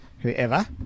Whoever